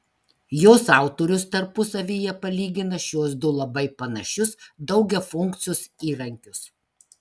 jos autorius tarpusavyje palygina šiuos du labai panašius daugiafunkcius įrankius